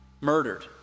murdered